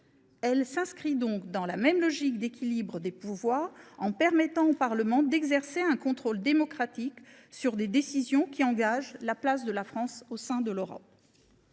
Elle s’inscrit donc dans la même logique d’équilibre des pouvoirs, en permettant au Parlement d’exercer un contrôle démocratique sur des décisions qui engagent la place de la France en Europe.